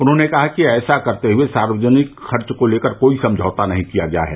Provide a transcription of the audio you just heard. उन्होंने कहा कि ऐसा करते हुए सार्वजनिक खर्च को लेकर कोई समझौता नहीं किया गया है